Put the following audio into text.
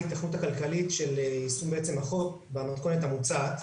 ההיתכנות הכלכלית של יישום החוק במתכונת המוצעת.